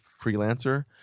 Freelancer